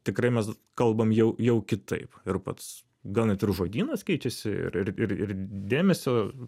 tikrai mes kalbam jau jau kitaip ir pats gal net ir žodynas keičiasi ir ir ir dėmesio